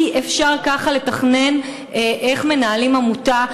אי-אפשר ככה לתכנן איך לנהל עמותה.